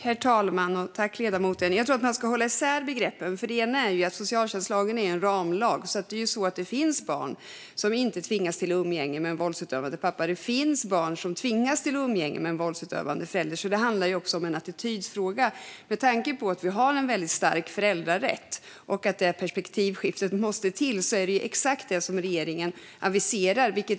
Herr talman! Jag tror att man ska hålla isär begreppen. Socialtjänstlagen är en ramlag, så det finns barn som inte tvingas till umgänge med en våldsutövande pappa, och det finns även barn som tvingas till sådant umgänge. Det handlar alltså också om en attitydfråga. Vi har en väldigt stark föräldrarätt, och ett perspektivskifte måste till. Det är exakt det som regeringen aviserar.